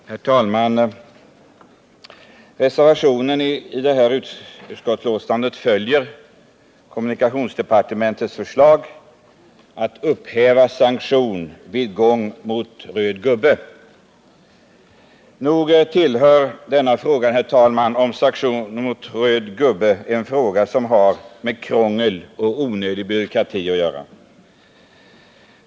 Herr talman! Reservationen i detta utskottsbetänkande följer kommunikationsdepartementets förslag att upphäva sanktionerna vid gång mot ”röd gubbe”. Nog är denna fråga, herr talman, en av de frågor som har med krångel och onödig byråkrati att göra.